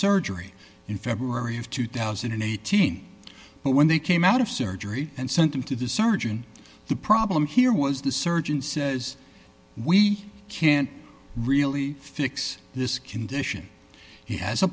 surgery in february of two thousand and eighteen but when they came out of surgery and sent him to the surgeon the problem here was the surgeon says we can't really fix this condition he has a